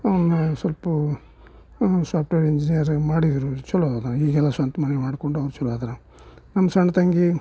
ಅವನ್ನ ಸ್ವಲ್ಪ software engineer ಮಾಡಿದರು ಚಲೋ ಅದಾನ ಈಗೆಲ್ಲ ಸ್ವಂತ ಮನೆ ಮಾಡಿಕೊಂಡು ಅವ್ನು ಚಲೋ ಅದಾನ ನಮ್ಮ ಸಣ್ಣ ತಂಗಿ